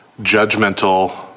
judgmental